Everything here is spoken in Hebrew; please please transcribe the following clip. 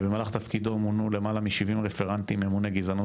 במהלך תפקידו מונו למעלה מ-70 רפרנטים ממוני גזענות